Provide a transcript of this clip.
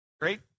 Great